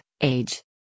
Age